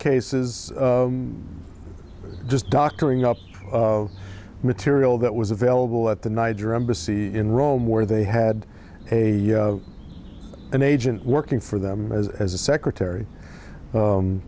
cases just doctoring up the material that was available at the niger embassy in rome where they had a an agent working for them as a secretary